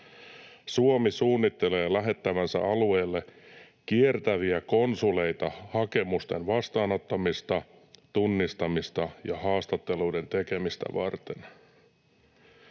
Suomi suunnittelee lähettävänsä alueelle kiertäviä konsuleita hakemusten vastaanottamista, tunnistamista ja haastatteluiden tekemistä varten.”